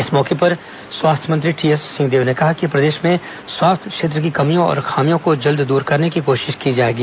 इस अवसर पर स्वास्थ्य मंत्री टीएस सिंहदेव ने कहा कि प्रदेश में स्वास्थ्य क्षेत्र की कमियों को जल्द दूर करने की कोशिश की जाएगी